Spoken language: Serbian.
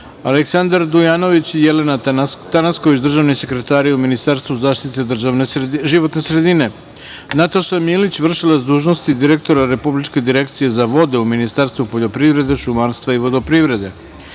Aleksandar Dujanović i Jelena Tanasković, državni sekretari u Ministarstvu zaštite životne sredine, Nataša Milić, vršilac dužnosti direktora Republičke direkcije za vode u Ministarstvu poljoprivrede, šumarstva i vodoprivrede,